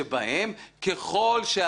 אם יש לך חבילה של שיקים, אתה סורק אותה בדיגיטלי.